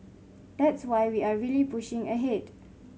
that's why we are really pushing ahead